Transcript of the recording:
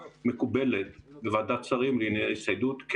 מקובלת בוועדת שרים לענייני הצטיידות,